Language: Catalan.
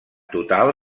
total